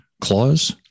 clause